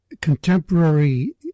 contemporary